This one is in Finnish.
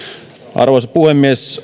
arvoisa puhemies